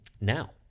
now